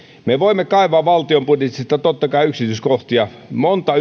me voimme kaivaa valtion budjetista totta kai yksityiskohtia monta